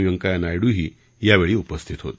व्यंकय्या नायडूही यावेळी उपस्थित होते